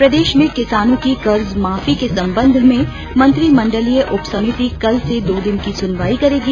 प्रदेश में किसानों की कर्ज माफी के संबंध में मंत्रिमंडलीय उप समिति कल से दो दिन सुनवाई करेगी